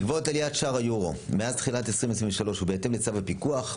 בעקבות עליית שער היורו מאז תחילת 2023 ובהתאם לצו הפיקוח,